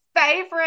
favorite